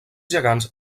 gegants